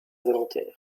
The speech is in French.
volontaires